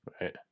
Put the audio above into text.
Right